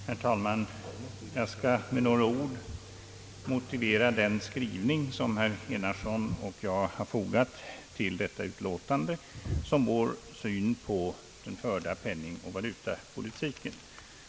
Herr talman! Jag skall med några ord motivera den skrivning, vilken herr Enarsson och jag har fogat till detta utlåtande, som vår syn på den förda penningoch valutapolitiken.